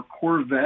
Corvette